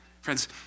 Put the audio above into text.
Friends